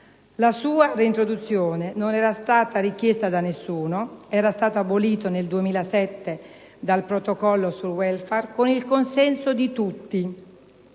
La sua reintroduzione non era stata richiesta da nessuno ed era stato peraltro abolito nel 2007 dal Protocollo sul *welfare* con il consenso di tutti;